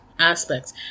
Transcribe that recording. Aspects